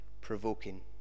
provoking